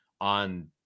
on